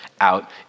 out